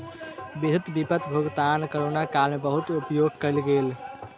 विद्युत विपत्र भुगतान कोरोना काल में बहुत उपयोग कयल गेल